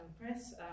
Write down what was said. press